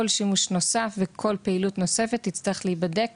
כל שימוש נוסף וכל פעילות נוספת תצטרך להיבדק,